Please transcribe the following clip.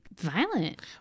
violent